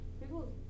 people